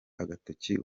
agatoki